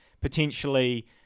potentially